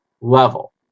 level